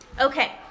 okay